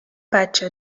بچه